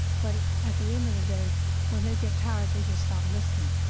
but at the end of the day when they get tired they just stop listening.